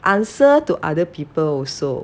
answer to other people also